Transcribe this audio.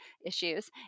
issues